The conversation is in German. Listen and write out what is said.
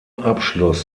abschluss